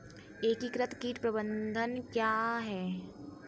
एकीकृत कीट प्रबंधन क्या है?